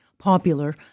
Popular